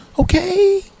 okay